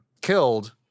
killed